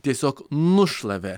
tiesiog nušlavė